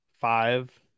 five